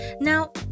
Now